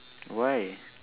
why